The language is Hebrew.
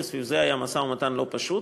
וסביב זה היה משא-ומתן לא פשוט,